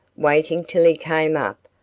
waiting till he came up,